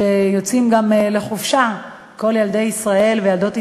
כשיוצאים לחופשה כל ילדי ישראל וילדות ישראל,